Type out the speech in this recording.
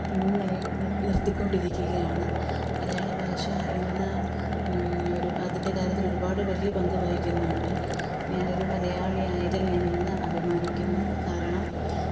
മുന്നിലയിൽ നിര്ത്തിക്കൊണ്ടിരിക്കുകയാണ് മലയാള ഭാഷ ഇന്ന് ഒരു അതിന്റെ കാര്യത്തിൽ ഒരുപാട് വലിയ പങ്ക് വഹിക്കുന്നുണ്ട് ഞാനൊരു മലയാളിയായതില് ഞാനിന്ന് അഭിമാനിക്കുന്നു കാരണം